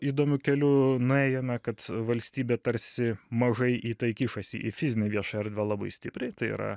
įdomiu keliu nuėjome kad valstybė tarsi mažai į tai kišasi į fizinę viešą erdvę labai stipriai tai yra